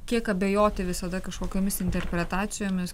kiek abejoti visada kažkokiomis interpretacijomis